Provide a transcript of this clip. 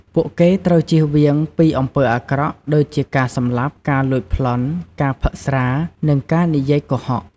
ពួកគេត្រូវជៀសវាងពីអំពើអាក្រក់ ដូចជាការសម្លាប់ ការលួចប្លន់ ការផឹកស្រា និងការនិយាយកុហក។